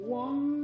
one